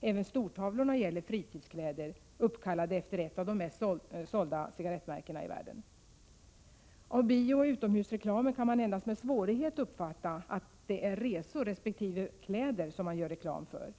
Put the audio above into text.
Även stortavlorna gällde fritidskläder, uppkallade efter ett av de mest sålda cigarettmärkena i världen. Av biooch utomhusreklamen kan man endast med svårighet uppfatta att det är resor resp. kläder som det görs reklam för.